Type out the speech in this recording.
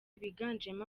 biganjemo